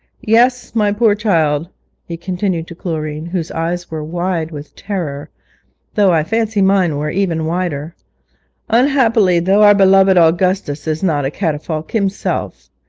yes, my poor child he continued to chlorine, whose eyes were wide with terror though i fancy mine were even wider unhappily, though our beloved augustus is not a catafalque himself,